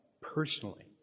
personally